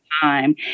time